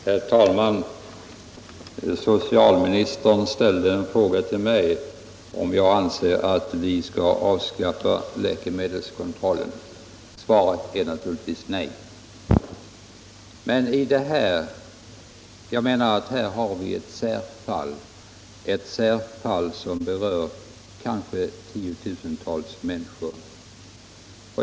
Herr talman! Socialministern ställde till mig frågan om jag anser att vi skall avskaffa läkemedelskontrollen. Svaret är naturligtvis nej. Men jag menar att vi här har ett särfall, som berör kanske tiotusentals människor.